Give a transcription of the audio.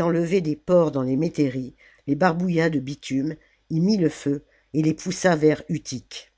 enlever des porcs dans les métairies les barbouilla de bitume y mit le feu et les poussa vers utique